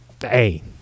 Hey